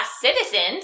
citizens